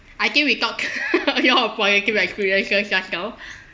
I think we talk a lot of positive experiences just now